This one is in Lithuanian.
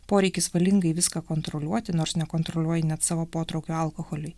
poreikis valingai viską kontroliuoti nors nekontroliuoji net savo potraukio alkoholiui